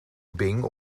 bing